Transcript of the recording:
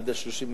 עד 30 במרס,